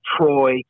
Troy